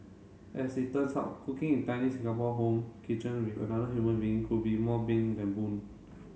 as it turns out cooking in tiny Singapore home kitchen with another human being could be more bane than boon